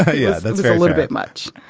ah yeah that's a little bit much.